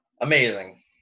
amazing